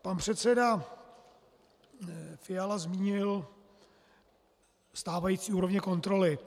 Pan předseda Fiala zmínil stávající úrovně kontroly.